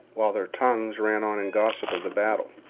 while their tongues ran on in gossip of the battle.